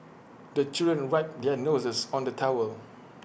the children wipe their noses on the towel